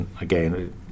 again